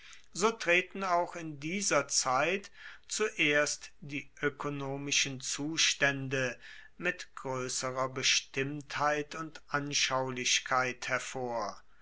so treten auch in dieser zeit zuerst die oekonomischen zustaende mit groesserer bestimmtheit und anschaulichkeit hervor